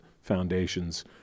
foundation's